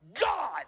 God